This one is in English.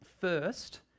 First